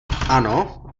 ano